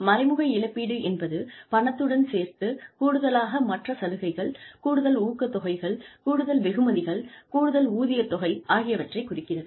மறைமுக இழப்பீடு என்பது பணத்துடன் சேர்த்து கூடுதலாக மற்ற சலுகைகள் கூடுதல் ஊக்கத் தொகைகள் கூடுதல் வெகுமதிகள் கூடுதல் ஊதிய தொகை ஆகியவற்றைக் குறிக்கிறது